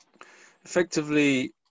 effectively